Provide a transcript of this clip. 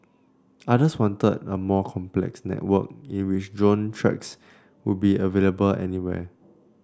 others wanted a more complex network in which drone tracks would be available anywhere